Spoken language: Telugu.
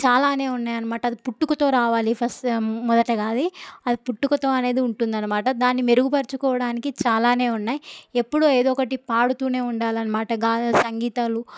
చాలానే ఉన్నాయి అనమాట అది పుట్టుకతో రావాలి ఫస్ట్ మొదటగా అది అది పుట్టుకతో అనేది ఉంటుంది అనమాట దాన్ని మెరుగుపరుచుకోవడానికి చాలానే ఉన్నాయి ఎప్పుడు ఏదో ఒకటి పాడుతూనే ఉండాలి అనమాట గాయ సంగీతాలు